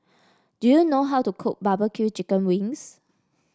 do you know how to cook barbecue Chicken Wings